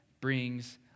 brings